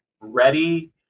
ready